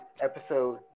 episode